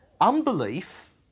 unbelief